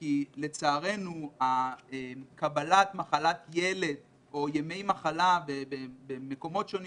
כי לצערנו קבלת מחלת ילד או ימי מחלה במקומות שונים